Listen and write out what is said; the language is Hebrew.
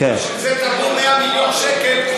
בשביל זה תרמו 100 מיליון שקל,